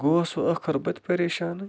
گوس ٲخر وَ بہٕ تہِ پَریشانٕے